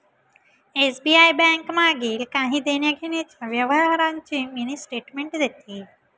SBI bank मागील काही देण्याघेण्याच्या व्यवहारांची मिनी स्टेटमेंट देते